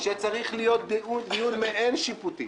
שצריך להיות דיון מעין שיפוטי